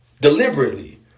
deliberately